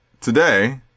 today